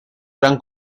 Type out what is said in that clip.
gran